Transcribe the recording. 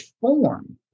form